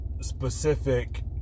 specific